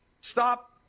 stop